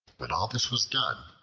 when all this was done,